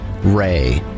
ray